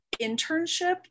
internship